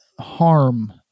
harm